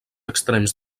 extrems